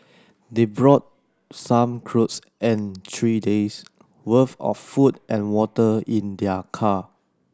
they brought some cloth and three day's worth of food and water in their car